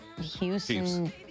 houston